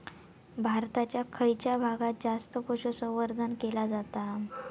भारताच्या खयच्या भागात जास्त पशुसंवर्धन केला जाता?